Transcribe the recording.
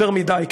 יותר מדי.